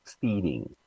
feeding